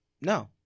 no